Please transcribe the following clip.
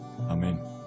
Amen